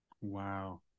Wow